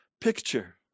picture